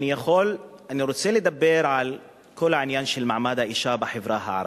אני רוצה לדבר על כל העניין של מעמד האשה בחברה הערבית.